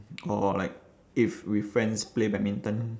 or like if with friends play badminton